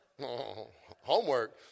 Homework